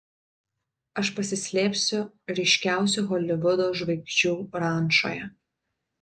aš pasislėpsiu ryškiausių holivudo žvaigždžių rančoje